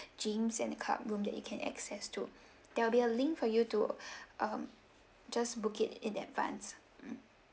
gyms and the card room that you can access to there'll be a link for you to um just book it in advance mm